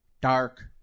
dark